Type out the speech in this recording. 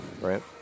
right